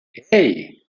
hey